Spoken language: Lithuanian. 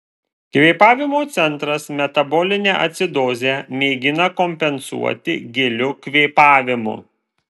kvėpavimo centras metabolinę acidozę mėgina kompensuoti giliu kvėpavimu